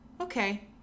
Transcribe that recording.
Okay